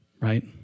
right